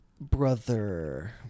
Brother